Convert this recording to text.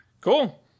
Cool